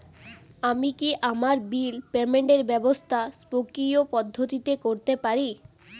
আমি কি আমার বিল পেমেন্টের ব্যবস্থা স্বকীয় পদ্ধতিতে করতে পারি?